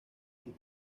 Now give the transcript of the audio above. sus